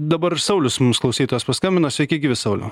dabar saulius mums klausytojas paskambino sveiki gyvi sauliau